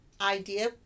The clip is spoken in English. idea